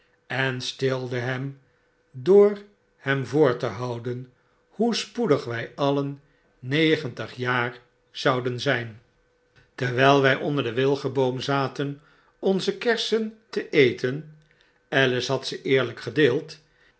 en stilde hem door hem voor te houden hoe spoedig wy alien negentig jaar zouden zyn terwyl wy onder den wilgenboom zaten onze kersen te eten